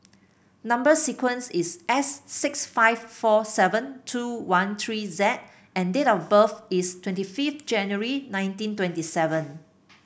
number sequence is S six five four seven two one three Z and date of birth is twenty fifth January nineteen twenty seven